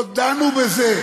לא דנו בזה,